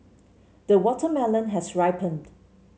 the watermelon has ripened